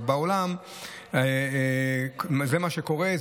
אבל בעולם זה מה שקורה,